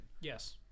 Yes